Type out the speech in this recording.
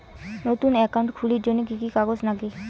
নতুন একাউন্ট খুলির জন্যে কি কি কাগজ নাগে?